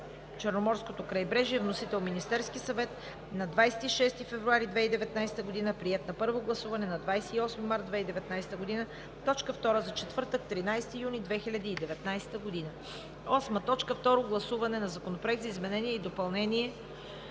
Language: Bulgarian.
Черноморското крайбрежие. Вносител е Министерският съвет на 26 февруари 2019 г., приет на първо гласуване на 28 март 2019 г. – точка втора за четвъртък, 13 юни 2019 г. 8. Второ гласуване на Законопроекта за изменение и допълнение